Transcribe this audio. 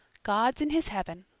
god's in his heaven,